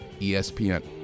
ESPN